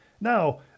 Now